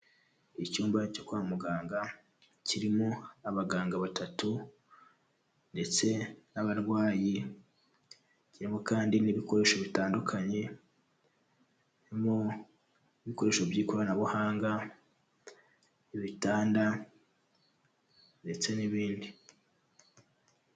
Icyumba cyo kwa muganga kirimo abaganga batatu ndetse n'abarwayi, kirimo kandi n'ibikoresho bitandukanye, kirimo ibikoresho by'ikoranabuhanga, ibitanda, ndetse n'ibindi.